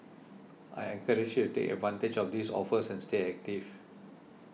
I encourage you to take advantage of these offers and stay active